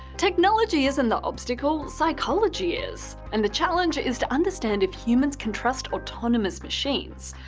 technology isn't the obstacle, psychology is, and the challenge is to understand if humans can trust autonomous machines.